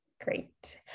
Great